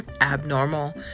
abnormal